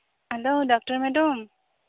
hello doctor madam